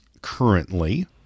currently